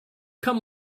cum